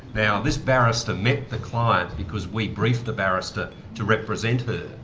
now, this barrister met the client because we briefed the barrister to represent her.